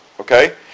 okay